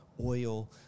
oil